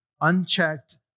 unchecked